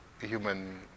human